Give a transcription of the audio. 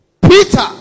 Peter